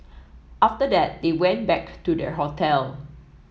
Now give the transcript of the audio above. after that they went back to their hotel